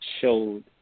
showed